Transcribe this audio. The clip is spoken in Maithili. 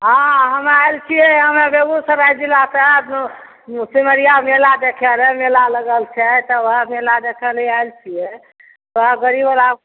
हाँ हम आएल छियै हमरा बेगूसराय जिला से सिमरिआ मेला देखै लऽ मेला लगल छै तऽ ओहए मेला देखै लऽ आएल छियै ओहए गड़ी घोड़ा